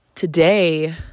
Today